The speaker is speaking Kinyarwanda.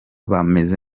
bameze